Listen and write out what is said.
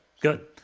Good